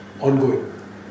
Ongoing